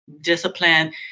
discipline